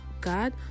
God